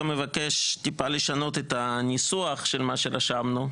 מבקש טיפה לשנות את הניסוח של מה שרשמנו,